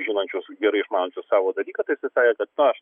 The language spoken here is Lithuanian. žinančius gerai išmanančius savo dalyką tai jisai sakė kad na aš